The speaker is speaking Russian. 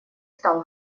стал